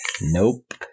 Nope